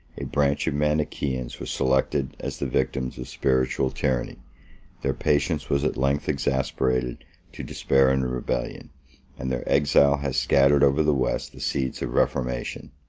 a branch of manichaeans was selected as the victims of spiritual tyranny their patience was at length exasperated to despair and rebellion and their exile has scattered over the west the seeds of reformation.